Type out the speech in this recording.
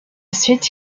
suite